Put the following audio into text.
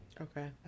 Okay